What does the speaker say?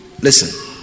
Listen